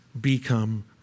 become